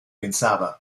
pensava